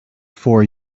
four